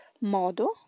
modo